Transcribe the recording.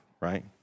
right